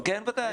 כן, וודאי.